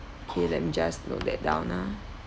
okay let me just note that down ah